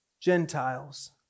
Gentiles